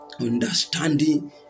Understanding